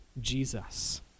Jesus